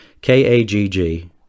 K-A-G-G